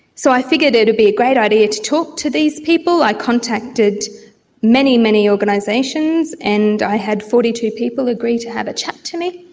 so i figured it would be a great idea to talk to these people. i contacted many, many organisations and i had forty two people agree to have a chat to me.